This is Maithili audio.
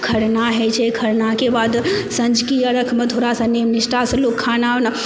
खरना होइत छै खरनाके बाद साँझकी अरघमे थोड़ा नियम निष्ठासँ लोक खाना वाना